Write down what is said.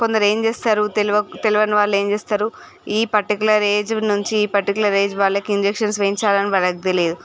కొందరేం చేస్తారు తెలవ తెలవని వాళ్ళేం చేస్తారు ఈ పర్టికులర్ ఏజ్ వాళ్లనుంచి ఈ పర్టికులర్ ఏజ్ వాళ్ళకి ఇంజెక్షన్స్ వేయించాలని వాళ్ళకి తెలియదు